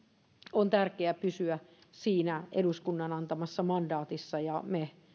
on tärkeää pysyä siinä eduskunnan antamassa mandaatissa ja me